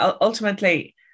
ultimately